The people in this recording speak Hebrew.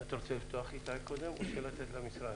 איתי, אתה רוצה לפתוח או לתת למשרד?